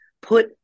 put